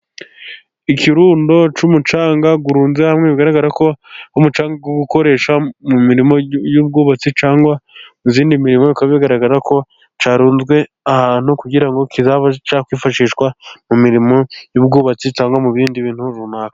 Ikirundo cy'umucanga urunze hamwe bigaragara ko ari umucanga wo gukoresha mu mirimo y'ubwubatsi cyangwa mu yindi mirimo. Bikaba bigaragara ko cyarunzwe ahantu kugira ngo kizabe cyakwifashishwa mu mirimo y'ubwubatsi cyangwa mu bindi bintu runaka.